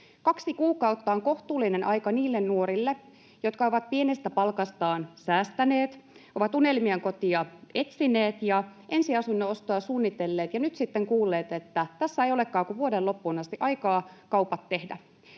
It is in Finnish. kaksi kuukautta on kohtuullinen aika niille nuorille, jotka ovat pienestä palkastaan säästäneet, ovat unelmien kotia etsineet ja ensiasunnon ostoa suunnitelleet ja nyt sitten kuulleet, että tässä ei olekaan kuin vuoden loppuun asti aikaa kaupat tehdä.